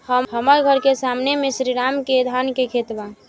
हमर घर के सामने में श्री राम के धान के खेत बा